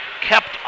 kept